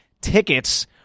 tickets